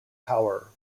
power